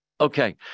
Okay